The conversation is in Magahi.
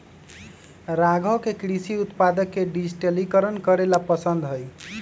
राघव के कृषि उत्पादक के डिजिटलीकरण करे ला पसंद हई